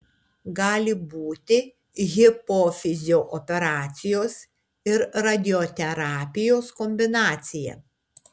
gali būti hipofizio operacijos ir radioterapijos kombinacija